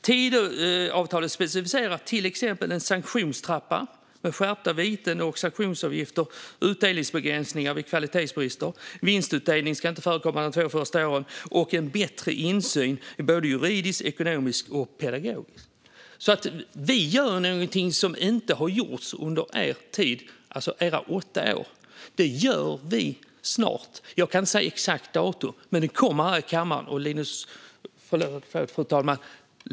Tidöavtalet specificerar till exempel en sanktionstrappa med skärpta viten och sanktionsavgifter samt utdelningsbegränsningar vid kvalitetsbrister. Vinstutdelning ska inte förekomma de två första åren, och det ska bli bättre insyn både juridiskt, ekonomiskt och pedagogiskt. Vi gör något som inte har gjorts under er tid, alltså era åtta år. Detta gör vi snart. Jag kan inte säga något exakt datum, men det kommer här i kammaren.